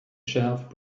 shelf